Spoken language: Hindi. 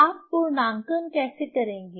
आप पूर्णांकन कैसे करेंगे